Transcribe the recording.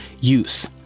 use